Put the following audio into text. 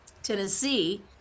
tennessee